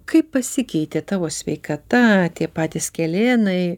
kaip pasikeitė tavo sveikata tie patys kelėnai